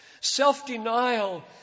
self-denial